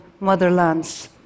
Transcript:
motherlands